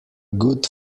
good